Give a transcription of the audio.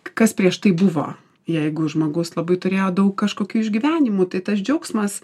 kas prieš tai buvo jeigu žmogus labai turėjo daug kažkokių išgyvenimų tai tas džiaugsmas